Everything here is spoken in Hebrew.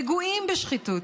נגועים בשחיתות.